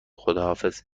خداحافظ